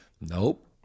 Nope